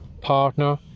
partner